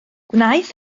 gwnaeth